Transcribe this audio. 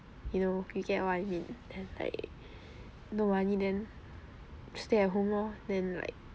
you know you get what I mean then like no money then stay at home lor then like